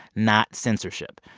not censorship.